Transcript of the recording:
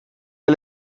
der